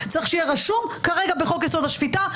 צריך שיהיה רשום כרגע בחוק-יסוד: השפיטה,